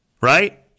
right